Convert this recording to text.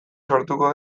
sortuko